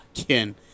again